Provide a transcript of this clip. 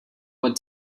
what